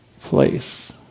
place